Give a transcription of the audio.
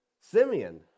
Simeon